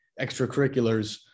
extracurriculars